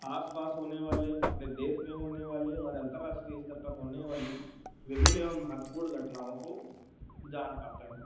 आसपास होने वाले अपने देश में होने वाले और अन्तर्राष्ट्रीय स्तर पर होने वाली विभिन्न एवं महत्वपूर्ण घटनाओं को जान पाते हैं